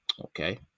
Okay